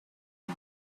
tea